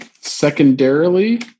Secondarily